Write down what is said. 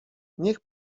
niech